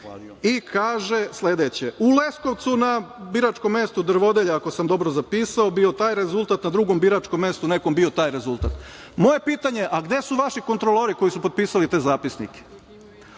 i kaže sledeće - U Leskovcu, na biračkom mestu Drvodelja, ako sam dobro zapisao, bio je taj rezultat, na drugom biračkom mestu nekom bio taj rezultat. Moje pitanje je - a gde su vaši kontrolori koji su potpisali te zapisnike?